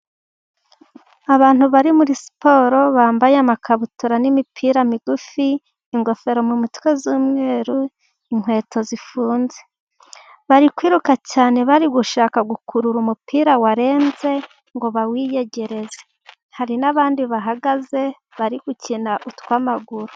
Abantu bari muri siporo bambaye amakabutura n'imipira migufi, ingofero mu mutwe z'umweru, inkweto zifunze. Bari kwiruka cyane bari gushaka gukurura umupira warenze ngo bawiyegereze, hari n'abandi bahagaze bari gukina utwamaguru.